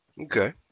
Okay